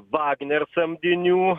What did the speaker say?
vagner samdinių